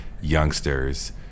youngsters